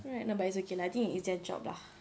right but it's okay lah I think it is their job lah